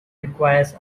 requires